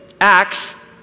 Acts